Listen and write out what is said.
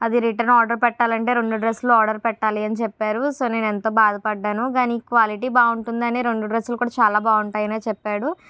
అది return order పెట్టాలి అంటే రెండు డ్రస్సులు ఆర్డర్ పెట్టాలి అని చెప్పారు సో నేను ఎంత బాధ పడ్డానో కానీ క్వాలిటీ బాగుంటుంది అని రెండు డ్రస్సులు కూడా చాలా బాగుంటాయి అని చెప్పాడు